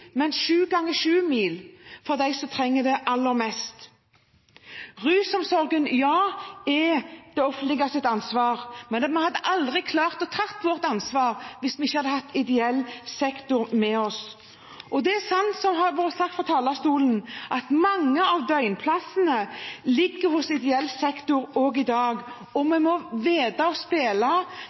men sju ganger sju mil – de som trenger det aller mest. Rusomsorgen er det offentliges ansvar, men man hadde aldri klart å ta ansvaret om man ikke hadde hatt ideell sektor med seg. Det er sant – som det har vært sagt fra talerstolen – at mange av døgnplassene ligger hos ideell sektor også i dag, og vi må vite å spille